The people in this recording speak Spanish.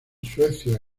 suecia